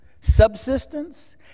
subsistence